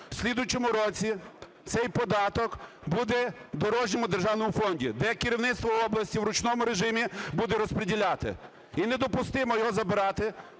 в слідуючому році цей податок буде в дорожньому державному фонді, де керівництво області в ручному режимі буде розприділяти, і недопустимо його забирати.